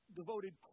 devoted